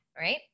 right